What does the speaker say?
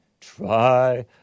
try